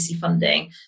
funding